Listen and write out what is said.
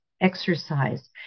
exercise